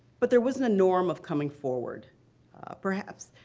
but there wasn't a norm of coming forward perhaps.